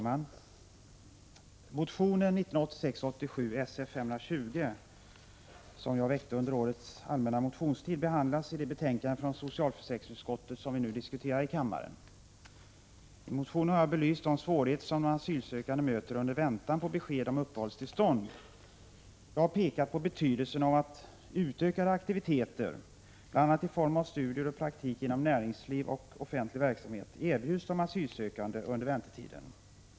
Fru talman! Motion 1986/87:Sf520, som jag väckte under årets allmänna motionstid, behandlas i det betänkande från socialförsäkringsutskottet som vi nu diskuterar i kammaren. I motionen har jag belyst de svårigheter som de asylsökande möter under väntan på besked om uppehållstillstånd. Jag har pekat på betydelsen av att utökade aktiviteter, bl.a. i form av studier och praktik inom näringsliv och offentlig verksamhet, erbjuds de asylsökande under väntetiden.